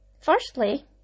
Firstly